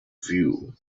view